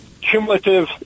cumulative